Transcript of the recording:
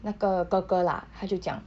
那个哥哥啦他就讲